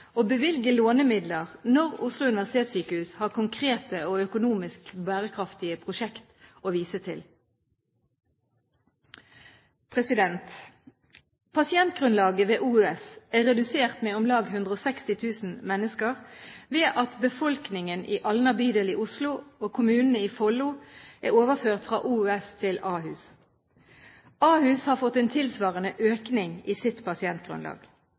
å bevilge lånemidler når Oslo universitetssykehus har konkrete og økonomisk bærekraftige prosjekter å vise til. Pasientgrunnlaget ved Oslo universitetssykehus er redusert med om lag 160 000 mennesker ved at befolkningen i Alna bydel i Oslo og kommunene i Follo er overført fra Oslo universitetssykehus til Ahus. Ahus har fått en tilsvarende økning i sitt pasientgrunnlag.